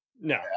no